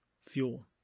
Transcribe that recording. fuel